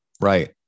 right